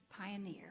pioneer